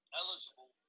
eligible